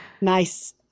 Nice